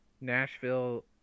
Nashville